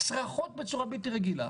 צרחות בלתי רגילות.